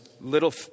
little